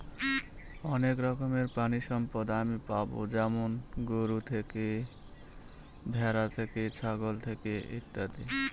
অনেক রকমের প্রানীসম্পদ আমি পাবো যেমন গরু থেকে, ভ্যাড়া থেকে, ছাগল থেকে ইত্যাদি